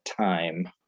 time